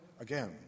again